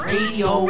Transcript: Radio